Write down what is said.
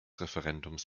referendums